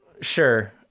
Sure